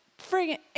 friggin